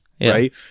right